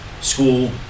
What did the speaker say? school